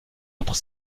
autre